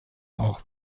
auch